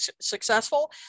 successful